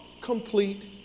complete